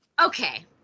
okay